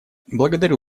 благодарю